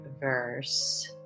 verse